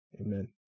Amen